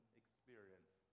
experience